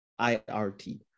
IRT